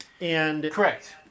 Correct